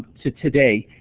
to today,